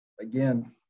again